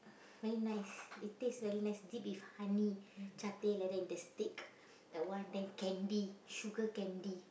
very nice it taste very nice dip with honey like that in the stick that one then candy sugar candy